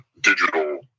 digital